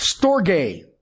Storge